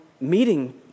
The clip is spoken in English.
meeting